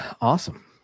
Awesome